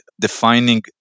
defining